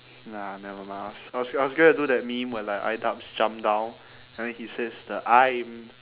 nah never mind I was I was I was gonna do that meme where like idubbbz jump down and then he says that I'm